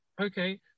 okay